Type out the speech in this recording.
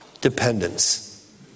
dependence